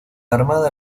armada